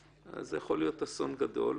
זה יכול להיות אסון גדול.